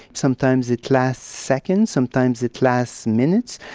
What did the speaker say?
sometimes it lasts seconds, sometimes it lasts minutes.